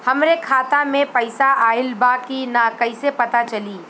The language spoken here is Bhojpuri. हमरे खाता में पैसा ऑइल बा कि ना कैसे पता चली?